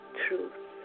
truth